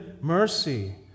mercy